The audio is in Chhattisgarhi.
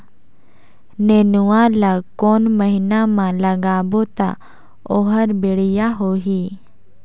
नेनुआ ला कोन महीना मा लगाबो ता ओहार बेडिया होही?